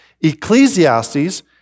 Ecclesiastes